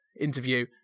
interview